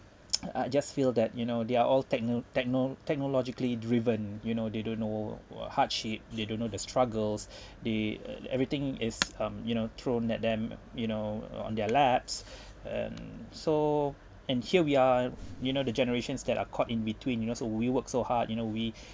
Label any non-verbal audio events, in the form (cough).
(noise) I just feel that you know they're all techno~ techno~ technologically driven you know they don't know work hardship they don't know the struggles (breath) they uh everything is um you know thrown at them you know on their laps (breath) and so and here we are you know the generations that are caught in between you know so we work so hard you know we